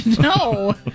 No